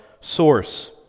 source